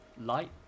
light